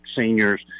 seniors